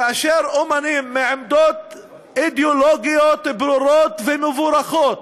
כאשר אמנים מעמדות אידיאולוגיות ברורות ומבורכות